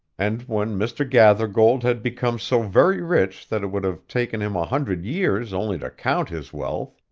and, when mr. gathergold had become so very rich that it would have taken him a hundred years only to count his wealth,